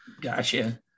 Gotcha